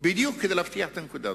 בדיוק כדי להבטיח את הנקודה הזאת,